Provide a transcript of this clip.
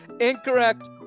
Incorrect